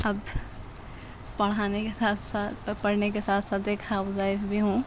اب پڑھانے کے ساتھ ساتھ پڑھنے کے ساتھ ساتھ ایک ہاؤس وائف بھی ہوں